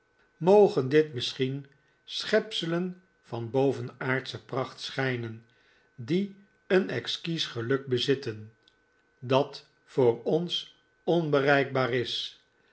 mogen dit misschien schepselen van bovenaardsche pracht schijnen die een exquis geluk bezitten dat voor ons onbereikbaar is